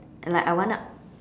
and like I want a